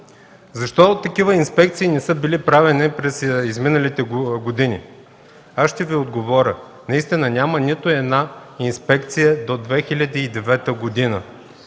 защо такива инспекции не са били правени през изминалите години? Ще Ви отговоря. Няма нито една инспекция до 2009 г.